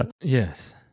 Yes